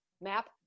map